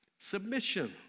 Submission